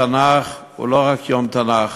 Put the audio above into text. התנ"ך הוא לא רק ליום תנ"ך,